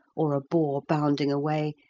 or a boar bounding away,